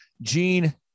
gene